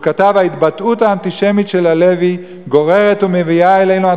הוא כתב: ההתבטאות האנטישמית של הלוי גוררת ומביאה אלינו את